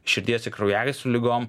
širdies ir kraujagyslių ligom